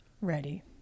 Ready